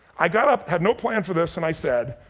i got up, had no plan for this, and i said,